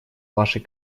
вашей